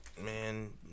man